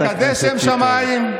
נקדש שם שמיים,